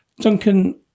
Duncan